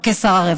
עכשיו כשר הרווחה.